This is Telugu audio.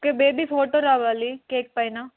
ఓకే బేబీ ఫోటో రావాలి కేక్ పైన